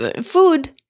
food